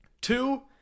Two